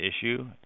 issue